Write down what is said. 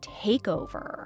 takeover